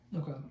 Okay